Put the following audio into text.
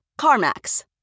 CarMax